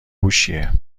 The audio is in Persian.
هوشیه